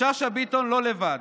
ושאשא ביטון לא לבד.